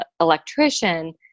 electrician